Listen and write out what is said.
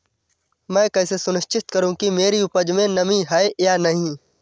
मैं कैसे सुनिश्चित करूँ कि मेरी उपज में नमी है या नहीं है?